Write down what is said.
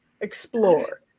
explore